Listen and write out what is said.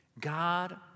God